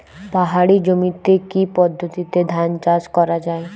পাহাড়ী জমিতে কি পদ্ধতিতে ধান চাষ করা যায়?